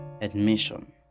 admission